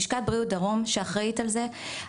לשכת בריאות דרום שאחראית על זה,